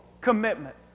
commitment